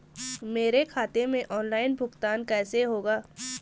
मेरे खाते में ऑनलाइन भुगतान कैसे होगा?